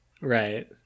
Right